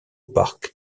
park